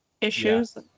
issues